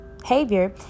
behavior